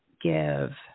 give